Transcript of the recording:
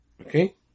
Okay